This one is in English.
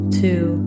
two